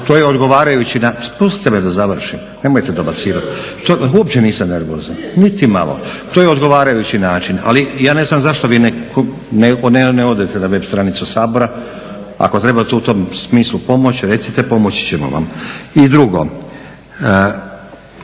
se ne razumije./… Pustite me da završim, nemojte dobacivati. … /Upadica se ne razumije./… Uopće nisam nervozan, niti malo. To je odgovarajući način. Ali ja ne znam zašto vi ne odete na web stranicu Sabora? Ako trebate u tom smislu pomoć recite pomoći ćemo vam. I drugo,